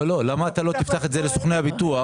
למה אתה לא תפתח את זה לסוכני הביטוח